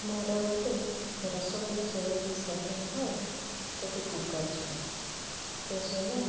મારા મતે રસોડાનાં જરૂરી સાધન હોય તો તે કુકર છે કે જેમાં